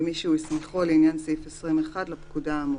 ומי שהוא הסמיכו לעניין סעיף 20(1) לפקודה האמורה,